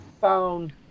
found